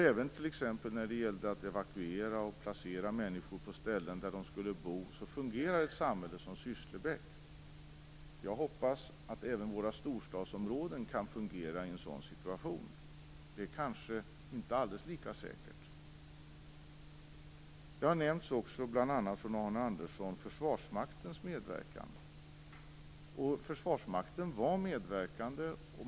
Även när det gällde att t.ex. evakuera människor och placera dem på de ställen där de skulle bo fungerar ett samhälle som Sysslebäck. Jag hoppas att även våra storstadsområden kan fungera i en sådan situation. Det kanske inte är alldeles lika säkert. Bl.a. Arne Andersson har också nämnt Försvarsmaktens medverkan. Försvarsmakten medverkade.